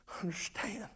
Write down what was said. understand